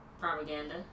Propaganda